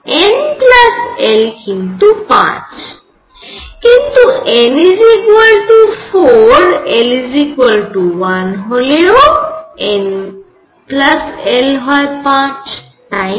n l হল 5 কিন্তু n 4 l 1 হলেও n l হয় 5 তাই না